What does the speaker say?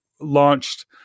launched